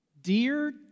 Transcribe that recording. Dear